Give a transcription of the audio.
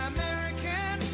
American